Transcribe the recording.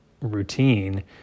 routine